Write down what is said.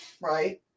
right